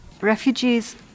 Refugees